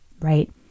right